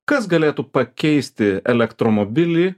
kas galėtų pakeisti elektromobilį